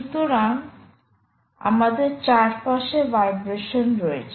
সুতরাং আমাদের চারপাশে ভাইব্রেশন রয়েছে